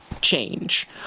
change